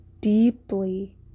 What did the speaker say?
deeply